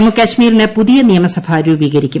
ജമ്മുകാശ്മീരിന് പുതിയ നിയമസഭ രൂപീകരിക്കും